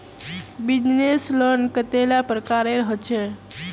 Business loan कतेला प्रकारेर होचे?